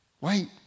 Wait